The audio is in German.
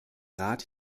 rat